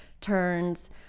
turns